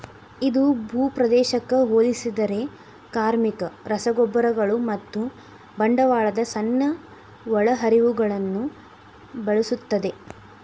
ಇದು ಭೂಪ್ರದೇಶಕ್ಕೆ ಹೋಲಿಸಿದರೆ ಕಾರ್ಮಿಕ, ರಸಗೊಬ್ಬರಗಳು ಮತ್ತು ಬಂಡವಾಳದ ಸಣ್ಣ ಒಳಹರಿವುಗಳನ್ನು ಬಳಸುತ್ತದೆ